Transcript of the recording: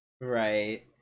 Right